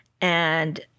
and-